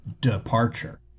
departure